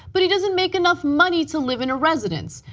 but he does and make enough money to live in a residence.